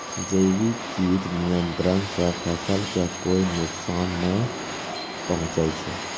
जैविक कीट नियंत्रण सॅ फसल कॅ कोय नुकसान नाय पहुँचै छै